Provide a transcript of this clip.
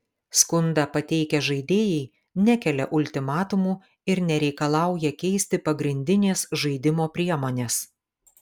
skundą pateikę žaidėjai nekelia ultimatumų ir nereikalauja keisti pagrindinės žaidimo priemonės